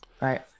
right